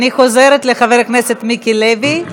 אני חוזרת לחבר הכנסת מיקי לוי,